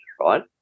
right